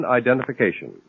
identification